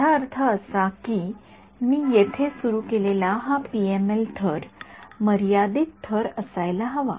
माझा अर्थ असा की मी येथे सुरू केलेला हा पीएमएल थर मर्यादित थर असायला हवा